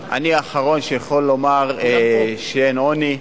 אני האחרון שיכול לומר שאין עוני.